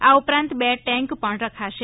આ ઉપરાંત બે ટેન્ક પણ રખાશે